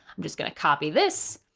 i'm just going to copy this,